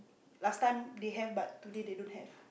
last time they have but today they don't have